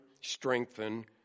strengthen